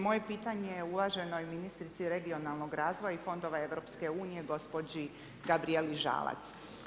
Moje pitanje je uvaženoj ministrici regionalnog razvoja i fondova EU gospođi Gabrijeli Žalac.